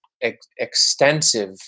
extensive